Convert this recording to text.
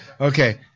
Okay